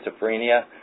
schizophrenia